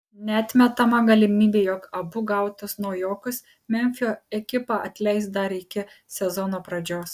neatmetama galimybė jog abu gautus naujokus memfio ekipa atleis dar iki sezono pradžios